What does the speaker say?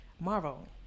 Marvel